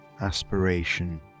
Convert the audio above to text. aspiration